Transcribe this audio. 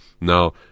Now